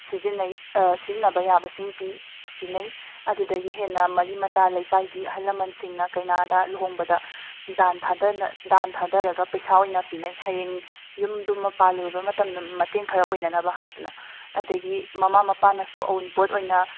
ꯁꯤꯖꯤꯟꯅꯩ ꯁꯤꯖꯤꯟꯅꯕ ꯌꯥꯕꯁꯤꯡ ꯄꯤ ꯄꯤꯅꯩ ꯑꯗꯨꯗꯒꯤ ꯍꯦꯟꯅ ꯃꯔꯤ ꯃꯇꯥ ꯂꯩꯀꯥꯏꯒꯤ ꯑꯍꯜ ꯂꯃꯟꯁꯤꯡꯅ ꯀꯩꯅꯥꯗ ꯂꯨꯍꯣꯡꯕꯗ ꯗꯥꯟ ꯊꯥꯗꯅ ꯗꯥꯟ ꯊꯗꯔꯒ ꯄꯩꯁꯥ ꯑꯣꯏꯅ ꯄꯤꯅꯩ ꯍꯌꯦꯡ ꯌꯨꯝꯗꯨꯃ ꯄꯥꯜꯂꯨꯔꯕ ꯃꯇꯝꯗ ꯃꯇꯦꯡ ꯈꯔ ꯑꯣꯏꯅꯅꯕ ꯍꯥꯏꯗꯅ ꯑꯗꯒꯤ ꯃꯃꯥ ꯃꯄꯥꯅꯁꯨ ꯑꯎꯟꯄꯣꯠ ꯑꯣꯏꯅ